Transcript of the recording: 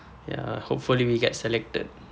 ya hopefully we get selected